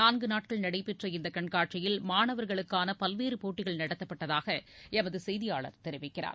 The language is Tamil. நான்கு நாட்கள் நடைபெற்ற இந்த கண்காட்சியில் மாணவர்களுக்கான பல்வேறு போட்டிகள் நடத்தப்பட்டதாக எமது செய்தியாளர் திருமலைக்குமார் தெரிவிக்கிறார்